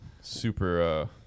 super